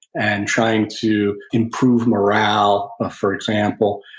and trying to improve morale ah for example,